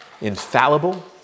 infallible